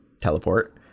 teleport